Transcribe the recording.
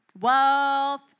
Wealth